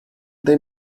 they